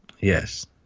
Yes